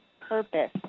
purpose